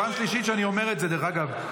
פעם שלישית שאני אומר את זה, דרך אגב.